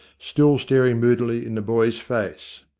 still staring moodily in the boy's face.